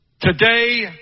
Today